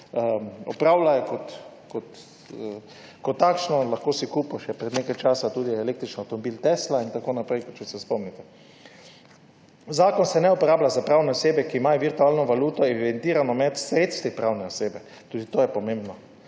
pred nekaj časa si lahko kupil tudi električni avtomobil Tesla in tako naprej, če se spomnite. Zakon se ne uporablja za pravne osebe, ki imajo virtualno valuto evidentirano med sredstvi pravne osebe. Tudi to je pomembno.